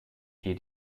hier